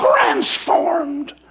transformed